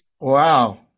Wow